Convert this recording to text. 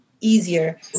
easier